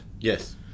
Yes